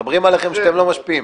מדברים עליכם שאתם לא משפיעים.